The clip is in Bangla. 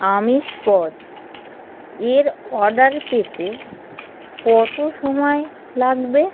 আমিষ পদ এর অর্ডার পেতে কত সময় লাগবে